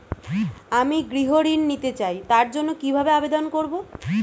আমি গৃহ ঋণ নিতে চাই তার জন্য কিভাবে আবেদন করব?